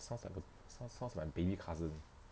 sounds like a sound sound like my baby cousin eh